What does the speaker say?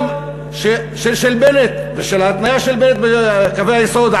גם של בנט וההתניה של בנט בקווי היסוד,